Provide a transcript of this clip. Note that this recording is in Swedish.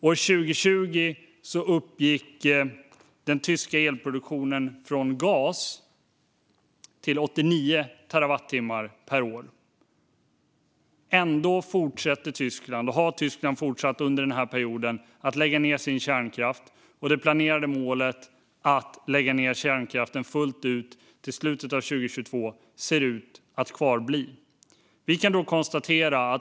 År 2020 uppgick den tyska elproduktionen från gas till 89 terawattimmar per år. Ändå har Tyskland under den här perioden fortsatt att lägga ned sin kärnkraft. Det planerade målet att lägga ned kärnkraften fullt ut till slutet av 2022 ser ut att kvarstå.